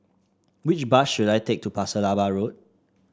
which bus should I take to Pasir Laba Road